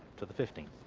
to the fifteenth.